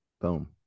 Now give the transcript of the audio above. Boom